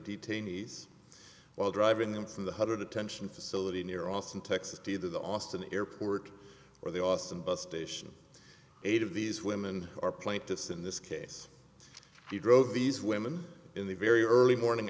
detainees while driving them from the hundred attention facility near austin texas to either the austin airport or the austin bus station eight of these women are plaintiffs in this case he drove these women in the very early morning